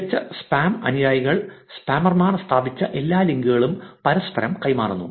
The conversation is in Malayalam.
മികച്ച സ്പാം അനുയായികൾ സ്പാമർമാർ സ്ഥാപിച്ച എല്ലാ ലിങ്കുകളും പരസ്പരം കൈമാറുന്നു